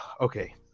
okay